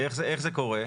איך זה קורה?